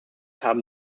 haben